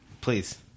Please